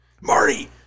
marty